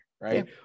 right